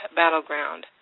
battleground